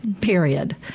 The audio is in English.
period